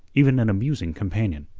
even an amusing companion,